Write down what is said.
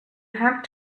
have